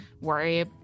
worry